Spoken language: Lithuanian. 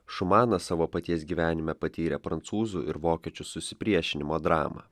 šumanas savo paties gyvenime patyrė prancūzų ir vokiečių susipriešinimo dramą